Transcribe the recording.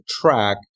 track